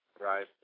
Right